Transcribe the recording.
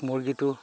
মুৰ্গীটো